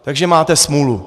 Takže máte smůlu.